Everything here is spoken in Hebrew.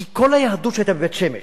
כי כל היהדות שהיתה בבית-שמש